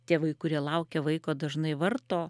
tėvai kurie laukia vaiko dažnai varto